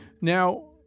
Now